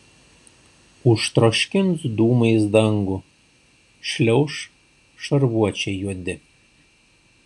užtroškins dūmais dangų šliauš šarvuočiai juodi